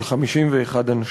של 51 אנשים.